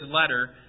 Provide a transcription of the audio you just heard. letter